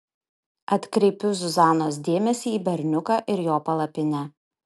atkreipiu zuzanos dėmesį į berniuką ir jo palapinę